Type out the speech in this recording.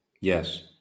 Yes